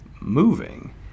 moving